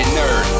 nerd